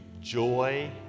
joy